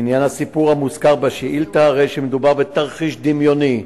לעניין הסיפור המוזכר בשאילתא הרי שמדובר בתרחיש דמיוני